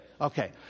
Okay